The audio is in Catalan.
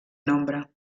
nombre